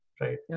right